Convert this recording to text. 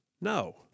No